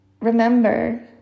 remember